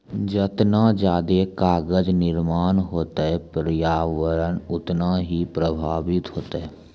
जतना जादे कागज निर्माण होतै प्रर्यावरण उतना ही प्रभाबित होतै